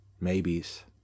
maybes